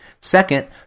Second